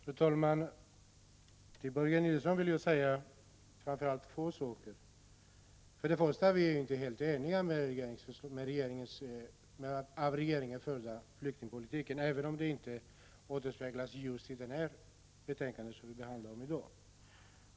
Fru talman! Till Börje Nilsson vill jag framför allt säga två saker. Vi är inte alls eniga om den av regeringen förda flyktingpolitiken, även om det inte återspeglas i just det betänkande som behandlas i dag.